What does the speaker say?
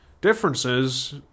differences